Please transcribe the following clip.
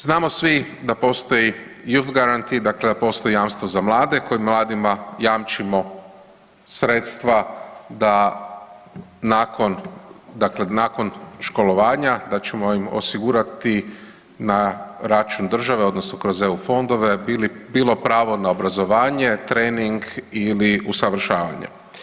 Znamo svi da postoji young guarantee dakle da postoji jamstvo za mlade kojim mladima jamčimo sredstva da nakon dakle nakon školovanja da ćemo im osigurati na račun države odnosno kroz EU fondove bilo pravo na obrazovanje, trening ili usavršavanje.